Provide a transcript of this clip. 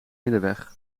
middenweg